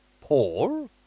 Paul